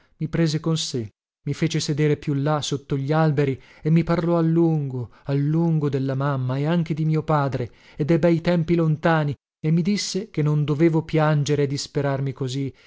prese con sé mi fece sedere più là sotto gli alberi e mi parlò a lungo a lungo della mamma e anche di mio padre e de bei tempi lontani e mi disse che non dovevo piangere e disperarmi così